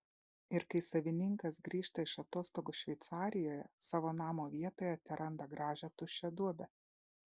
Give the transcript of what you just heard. ir kai savininkas grįžta iš atostogų šveicarijoje savo namo vietoje teranda gražią tuščią duobę